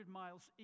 miles